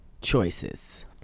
choices